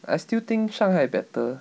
I still think 上海 better